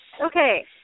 Okay